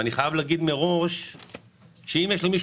אני חייב להגיד מראש שאם יש למישהו